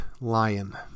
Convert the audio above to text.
lion